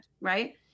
Right